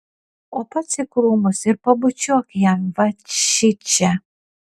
o pats į krūmus ir pabučiuok jam va šičia